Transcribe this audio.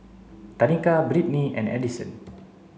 Tanika Brittnee and Edson